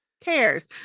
cares